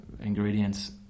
ingredients